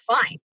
fine